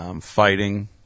Fighting